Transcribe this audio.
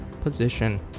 position